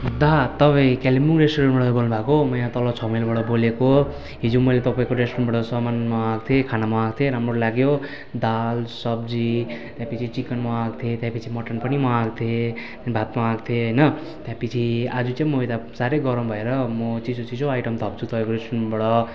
दा तपाईँ कालिम्पोङ रेस्टुरेन्टबाट बोल्नुभएको म यहाँ तल छ माइलबाट बोलेको हिजो मैले तपाईँको रेस्टुरेन्टबाट सामान मगाएको थिएँ खाना मगाएको थिएँ राम्रो लाग्यो दाल सब्जी त्यसपछि चिकन मगाएको थिएँ त्यसपछि मटन पनि मगाएको थिएँ भात मगाएको थिएँ होइन त्यसपछि आज चाहिँ म यता साह्रै गरम भएर म चिसो चिसो आइटम थप्छु तपाईँको रेस्टुरेन्टबाट